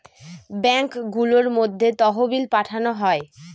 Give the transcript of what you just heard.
ব্যাঙ্কগুলোর মধ্যে তহবিল পাঠানো হয়